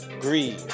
greed